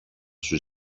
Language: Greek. σου